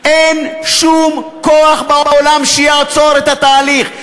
אין שום כוח בעולם שיעצור את התהליך.